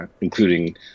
including